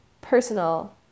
personal